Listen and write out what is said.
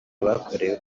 bakorewe